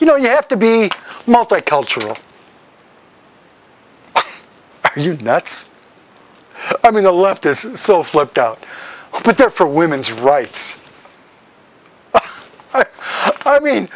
you know you have to be multicultural you nuts i mean the left is so flipped out there for women's rights i mean